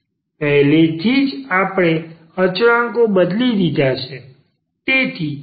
પહેલેથી જ આપણે અચળાંકો બદલી લીધા છે